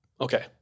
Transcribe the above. okay